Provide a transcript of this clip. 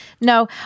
No